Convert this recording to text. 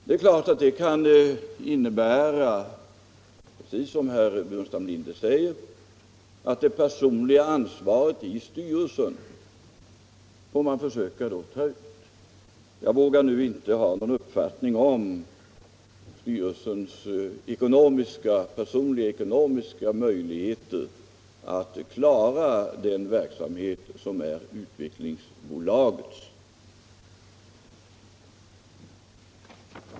Det är klart att det kan innebära, precis som herr Burenstam Linder säger, att man får försöka ta ut det personliga ansvaret i styrelsen. Jag vågar nu inte ha någon uppfattning om styrelseledamöternas personliga ekonomiska möjligheter att klara den verksamhet som är Utvecklingsbolagets.